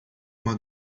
uma